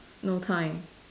no time